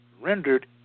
rendered